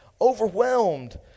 overwhelmed